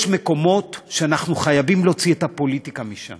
יש מקומות שאנחנו חייבים להוציא את הפוליטיקה מהם.